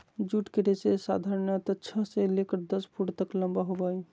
jute के रेशा साधारणतया छह से लेकर दस फुट तक लम्बा होबो हइ